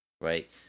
right